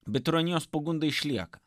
bet tironijos pagunda išlieka